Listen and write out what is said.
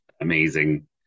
amazing